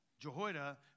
Jehoiada